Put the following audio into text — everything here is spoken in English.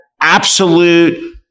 absolute